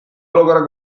olukorra